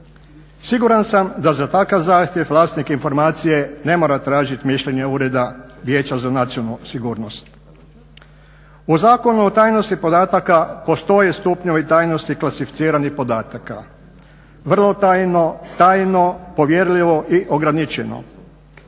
Siguran sam da za takav zahtjev vlasnik informacije ne mora tražit mišljenje Ureda Vijeća za nacionalnu sigurnost. U Zakonu o tajnosti podataka postoje stupnjevi tajnosti klasificiranih podataka: vrlo tajno, tajno, povjerljivo i ograničeno.